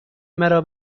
مرا